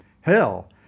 Hell